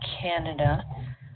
Canada